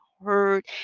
heard